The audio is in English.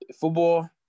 football